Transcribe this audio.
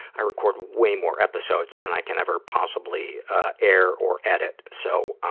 i record way more episodes than i can ever possibly air or edit, so,